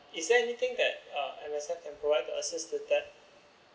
is there anything that uh M_S_F can provide to us to assist that type